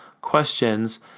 questions